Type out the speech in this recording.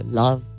love